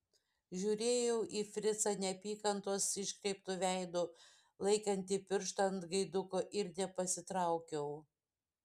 žiūrėjau į fricą neapykantos iškreiptu veidu laikantį pirštą ant gaiduko ir nepasitraukiau